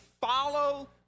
follow